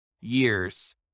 years